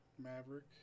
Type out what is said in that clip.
Maverick